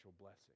blessing